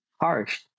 Harsh